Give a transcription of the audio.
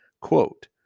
Quote